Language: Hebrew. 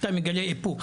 אתה מגלה איפוק.